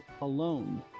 alone